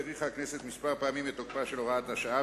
האריכה הכנסת כמה פעמים את תוקפה של הוראת השעה,